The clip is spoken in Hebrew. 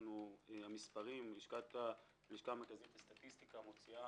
הלשכה המרכזית לסטטיסטיקה מוציאה